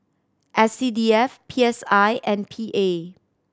S C D F P S I and P A